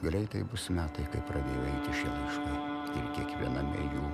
greitai bus metai kai pradėjo eiti šie laiškai ir kiekviename jų